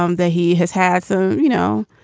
um that he has had some, you know,